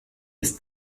ist